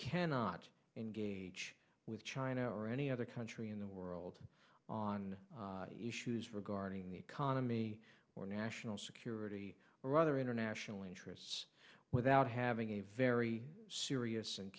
cannot engage with china or any other country in the world on issues regarding the economy or national security or other international interests without having a very serious and